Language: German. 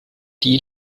die